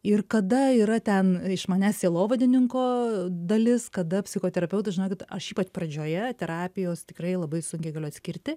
ir kada yra ten iš manęs sielovadininko dalis kada psichoterapeuto žinokit aš ypač pradžioje terapijos tikrai labai sunkiai galiu atskirti